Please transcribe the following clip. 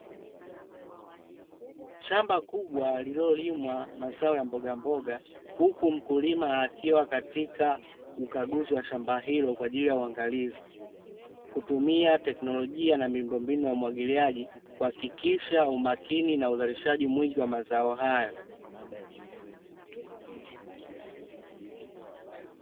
Shamba kubwa lilolimwa mazao ya mbogamboga, huku mkulima akiwa katika ukaguzi wa shamba hilo kwa ajili ya uangalizi, kutumia teknolojia na miundombinu ya umwagiliaji kuhakikisha umakini na uzalishaji mwingi wa mazao hayo.